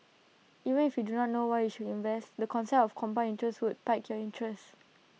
even if you do not know why you should invest the concept of compound interest would pique your interest